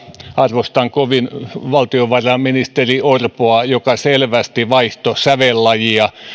arvostan kovin valtiovarainministeri orpoa joka selvästi vaihtoi kyllä sävellajia